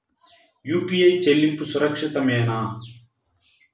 UPI చెల్లింపు సురక్షితమేనా?